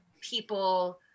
people